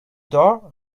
door